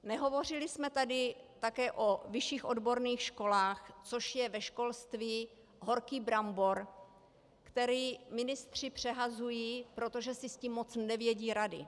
Nehovořili jsme tady také o vyšších odborných školách, což je ve školství horký brambor, který ministři přehazují, protože si s tím moc nevědí rady.